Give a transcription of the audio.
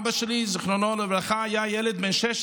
אבא שלי, זיכרונו לברכה, היה ילד בן 16